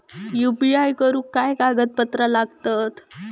UPI करुक काय कागदपत्रा लागतत?